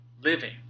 living